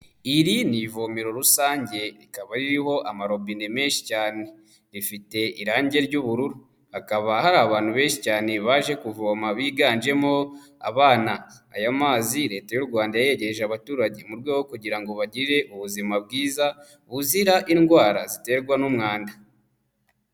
Iri ni ivomero rusange rikaba ririho amarobine menshi cyane. Rifite irange ry'ubururu. Hakaba hari abantu benshi cyane baje kuvoma biganjemo abana. Aya mazi Leta y'u Rwanda yayegereje abaturage mu rwego rwo kugira ngo bagire ubuzima bwiza buzira indwara ziterwa n'umwanda.